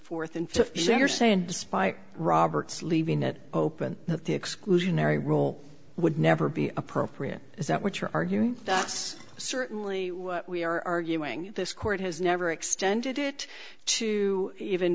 despite roberts leaving it open that the exclusionary rule would never be appropriate is that what you're arguing that's certainly what we are arguing this court has never extended it to even